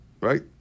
Right